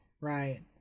Right